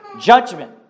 Judgment